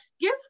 give